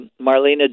Marlena